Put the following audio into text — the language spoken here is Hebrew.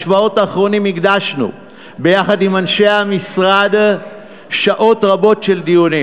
בשבועות האחרונים הקדשנו ביחד עם אנשי המשרד שעות רבות של דיונים.